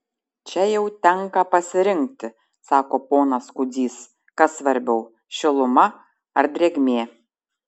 čia jau tenka pasirinkti sako ponas kudzys kas svarbiau šiluma ar drėgmė